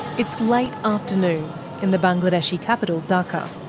it's late afternoon in the bangladeshi capital dhaka.